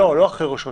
לא, לא אחרי ראש רשות.